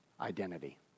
identity